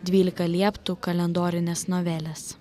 dvylika lieptų kalendorinės novelės